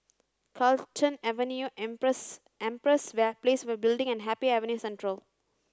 Carlton Avenue Empress Empress Building and Happy Avenue Central